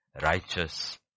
righteous